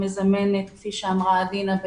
כפי שאמרה עדינה,